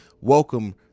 welcome